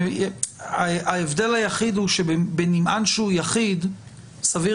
ההבדל היחיד הוא שבנמען שהוא יחיד סביר